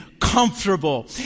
comfortable